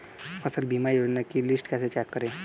फसल बीमा योजना की लिस्ट कैसे चेक करें?